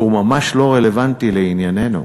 והוא ממש לא רלוונטי לענייננו.